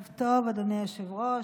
ערב טוב, אדוני היושב-ראש.